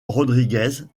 rodríguez